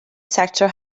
sector